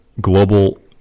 global